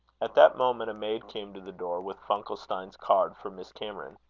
at that moment, a maid came to the door, with funkelstein's card for miss cameron.